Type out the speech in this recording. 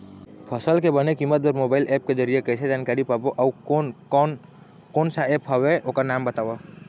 फसल के बने कीमत बर मोबाइल ऐप के जरिए कैसे जानकारी पाबो अउ कोन कौन कोन सा ऐप हवे ओकर नाम बताव?